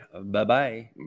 Bye-bye